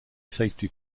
safety